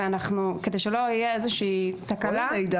וכדי שלא תהיה איזושהי תקלה --- כל מידע